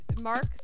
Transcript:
Mark